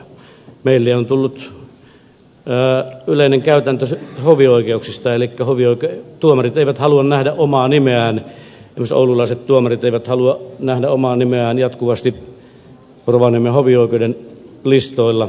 meille on tullut yleinen käytäntö hovioikeuksista elikkä hovioikeuden tuomarit eivät halua nähdä omaa nimeään esimerkiksi oululaiset tuomarit eivät halua nähdä omaa nimeään jatkuvasti rovaniemen hovioikeuden listoilla siitä saa kuulemma huonon maineen